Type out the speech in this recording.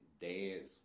dance